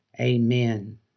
Amen